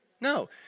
No